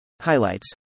Highlights